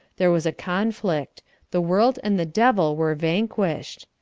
there was a conflict the world and the devil were vanquished.